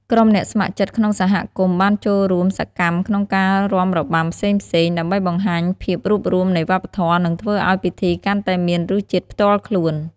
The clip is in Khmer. ក្រុមអ្នកស្ម័គ្រចិត្តក្នុងសហគមន៍បានចូលរួមសកម្មក្នុងការរាំរបាំផ្សេងៗ ដើម្បីបង្ហាញភាពរួបរួមនៃវប្បធម៌ និងធ្វើឲ្យពិធីកាន់តែមានរសជាតិផ្ទាល់ខ្លួន។